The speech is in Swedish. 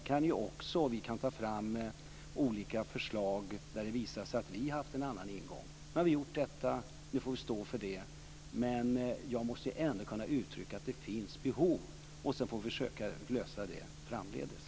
Man kan ta fram olika förslag där det visar sig att vi har haft en annan ingång. Nu har vi gjort detta, och nu får vi stå för det. Men jag måste ändå kunna uttrycka att det finns behov, och så får vi försöka att lösa det framdeles.